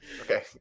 okay